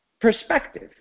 perspective